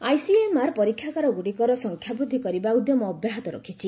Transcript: ICMR ପରୀକ୍ଷାଗାର ଗ୍ରଡ଼ିକର ସଂଖ୍ୟାବୃଦ୍ଧି କରିବା ଉଦ୍ୟମ ଅବ୍ୟାହତ ରଖିଛି